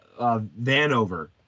Vanover